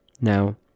Now